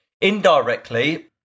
Indirectly